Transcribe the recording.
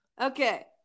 Okay